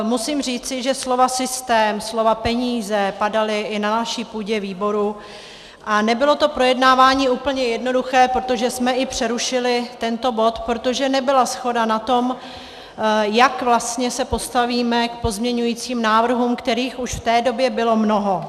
Musím říci, že slova systém, slova peníze, padala i na naší půdě výboru a nebylo to projednávání úplně jednoduché, protože jsme i přerušili tento bod, protože nebyla shoda na tom, jak vlastně se postavíme k pozměňujícím návrhům, kterých už v té době bylo mnoho.